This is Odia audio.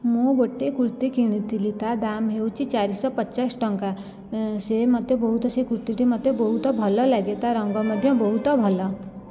ମୁଁ ଗୋଟେ କୁର୍ତ୍ତି କିଣିଥିଲି ତା ଦାମ ହେଉଛି ଚାରିଶହ ପଚାଶ ଟଙ୍କା ସେ ମୋତେ ବହୁତ ସେ କୁର୍ତ୍ତିଟି ମୋତେ ବହୁତ ଭଲ ଲାଗେ ତା' ରଙ୍ଗ ମଧ୍ୟ ବହୁତ ଭଲ